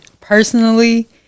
personally